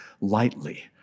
lightly